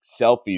selfies